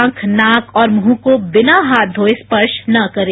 आंख नाक और मुंह को बिना हाथ धोये स्पर्श न करें